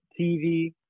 TV